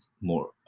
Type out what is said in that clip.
more